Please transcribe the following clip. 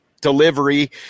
delivery